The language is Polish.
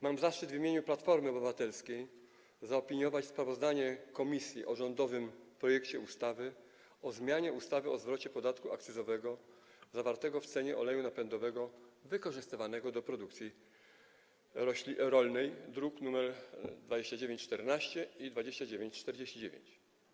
Mam zaszczyt w imieniu Platformy Obywatelskiej zaopiniować sprawozdanie komisji o rządowym projekcie ustawy o zmianie ustawy o zwrocie podatku akcyzowego zawartego w cenie oleju napędowego wykorzystywanego do produkcji rolnej, druki nr 2914 i 2949.